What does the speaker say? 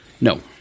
No